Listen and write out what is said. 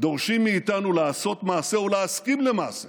דורשים מאיתנו לעשות מעשה או להסכים למעשה